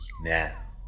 Now